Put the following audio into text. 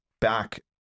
back